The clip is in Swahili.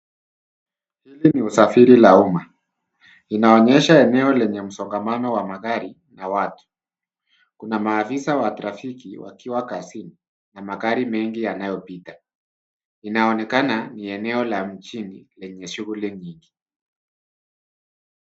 Hili ni usafiri wa umma. Inaonyesha eneo lenye msongamano wa magari na watu. Kuna maafisa wa trafiki wakiwa kazini na magari mengi yanayopita. Inaonekana ni eneo la mjini lenye shughuli nyingi.